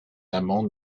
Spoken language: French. amant